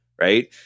Right